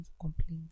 complaints